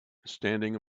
standing